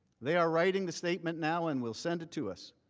they are writing the statement now and will send it to us.